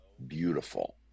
Beautiful